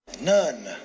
None